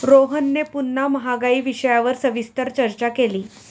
रोहनने पुन्हा महागाई विषयावर सविस्तर चर्चा केली